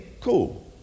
cool